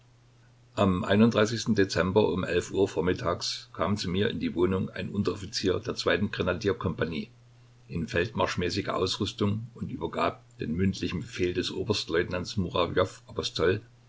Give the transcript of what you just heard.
am dezember um elf uhr vormittags kam zu mir in die wohnung ein unteroffizier der zweiten grenadier kompagnie in feldmarschmäßiger ausrüstung und übergab den mündlichen befehl des oberstleutnants murawjow apostol